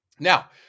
Now